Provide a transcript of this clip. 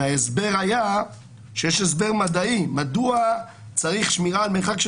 וההסבר היה שיש הסבר מדעי מדוע צריך שמירה על מרחק של